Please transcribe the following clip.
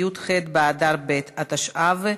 י"ח באדר ב' התשע"ו,